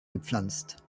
gepflanzt